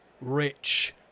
rich